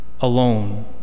alone